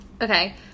Okay